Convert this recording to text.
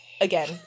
again